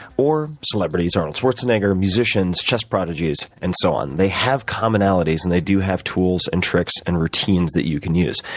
or celebrities, arnold schwarzenegger, musicians, chess prodigies, and so on. they have commonalities, and they do have tools and tricks and routines that you can use.